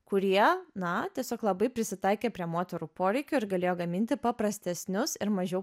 kurie na tiesiog labai prisitaikė prie moterų poreikių ir galėjo gaminti paprastesnius ir mažiau